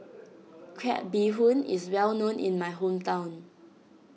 Crab Bee Hoon is well known in my hometown